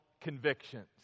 convictions